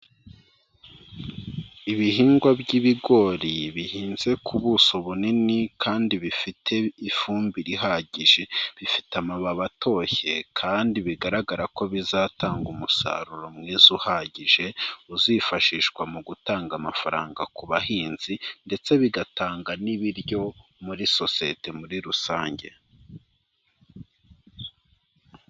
Ibihingwa by'ibigori bihinze ku buso bunini kandi bifite ifumbire ihagije, bifite amababi atoshye kandi bigaragara ko bizatanga umusaruro mwiza uhagije, uzifashishwa mu gutanga amafaranga ku bahinzi, ndetse bigatanga n'ibiryo muri sosiyete muri rusange.